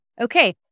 Okay